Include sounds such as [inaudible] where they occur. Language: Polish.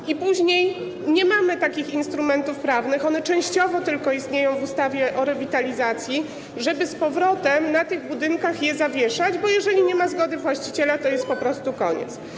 I później nie mamy takich instrumentów prawnych, one tylko częściowo istnieją w ustawie o rewitalizacji, żeby z powrotem na tych budynkach je zawieszać, bo jeżeli nie ma [noise] zgody właściciela, to jest po prostu koniec.